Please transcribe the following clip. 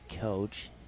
coach